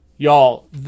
Y'all